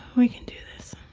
we can do this.